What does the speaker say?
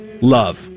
love